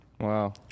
Wow